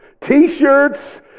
t-shirts